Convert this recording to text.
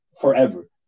forever